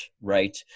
right